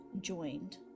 joined